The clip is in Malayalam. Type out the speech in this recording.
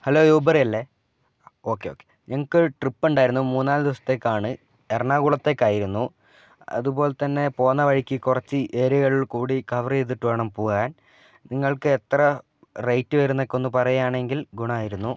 ഹലോ യൂബർ അല്ലെ ഓക്കേ ഓക്കേ എനിക്ക് ഒരു ട്രിപ്പ് ഉണ്ടായിരുന്നു മൂന്ന് നാല് ദിവസത്തേക്ക് ആണ് എറണാകുളത്തേക്ക് ആയിരുന്നു അതുപോലെ തന്നെ പോകുന്ന വഴിക്ക് കുറച്ചു ഏരിയകൾ കൂടി കവർ ചെയ്തിട്ടു വേണം പോകാൻ നിങ്ങൾക്ക് എത്ര റേറ്റ് വരുമെന്ന് ഒക്കെ പറയുമായിരുന്നു എങ്കിൽ ഗുണമായിരുന്നു